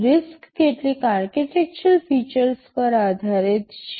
RISC કેટલીક architectural features પર આધારિત છે